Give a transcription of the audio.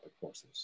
forces